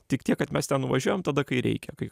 tik tiek kad mes ten nuvažiuojam tada kai reikia kai